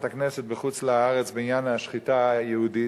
הכנסת בחוץ-לארץ בעניין השחיטה היהודית.